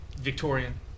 Victorian